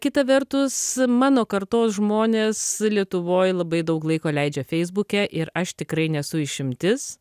kita vertus mano kartos žmonės lietuvoj labai daug laiko leidžia feisbuke ir aš tikrai nesu išimtis